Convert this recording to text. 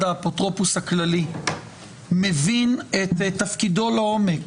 האפוטרופוס הכללי מבין את תפקידו לעומק,